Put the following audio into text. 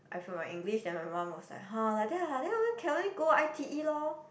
I failed my English then my mum was like !huh! like that lah like lah can only go i_t_e lor